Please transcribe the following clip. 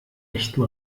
echten